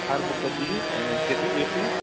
हर बुक जी केतिरी लेट फ़ीस